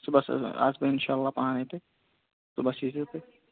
صُبحَس حظ آسہٕ بہٕ اِنشاء اَللّٰہ پانَے تَتہِ صُبحَس ییٖزیو تُہۍ